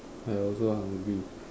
I also hungry